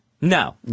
No